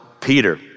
Peter